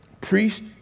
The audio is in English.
priest